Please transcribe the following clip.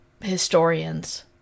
historians